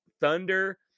Thunder